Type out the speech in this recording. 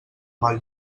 mal